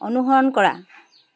অনুসৰণ কৰা